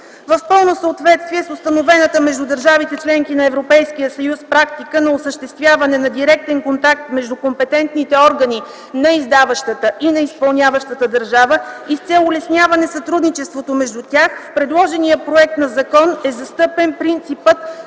В пълно съответствие с установената между държавите – членки на Европейския съюз практика за осъществяване на директен контакт между компетентните органи на издаващата и на изпълняващата държава и с цел улесняване на сътрудничеството между тях в предложения законопроект е застъпен принципът